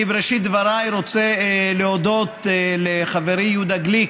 בראשית דבריי אני רוצה להודות לחברי יהודה גליק,